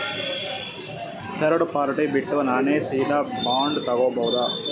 Third party ಬಿಟ್ಟು ನಾನೇ ಸೀದಾ ಬಾಂಡ್ ತೋಗೊಭೌದಾ?